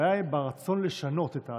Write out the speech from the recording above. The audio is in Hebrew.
הבעיה היא ברצון לשנות את האדם.